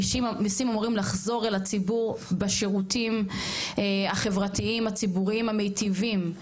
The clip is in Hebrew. מיסים אמורים לחזור אל הציבור בשירותים החברתיים הציבוריים המיטיבים,